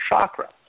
chakra